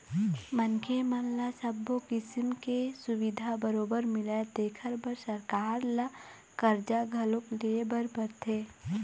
मनखे मन ल सब्बो किसम के सुबिधा बरोबर मिलय तेखर बर सरकार ल करजा घलोक लेय बर परथे